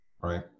right